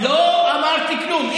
לא אמרתי כלום.